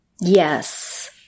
Yes